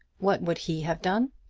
what would he have done?